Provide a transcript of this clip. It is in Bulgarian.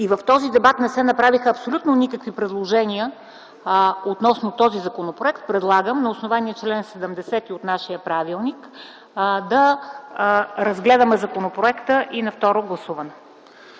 и в този дебат не се направиха абсолютно никакви предложения относно този законопроект предлагам на основание чл. 70 от нашия правилник да разгледаме законопроекта и на второ гласуване.